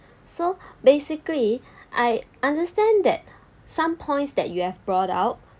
so basically I understand that some points that you have brought out